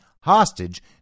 hostage